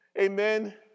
Amen